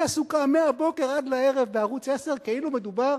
היא עסוקה מהבוקר עד הערב בערוץ-10 כאילו מדובר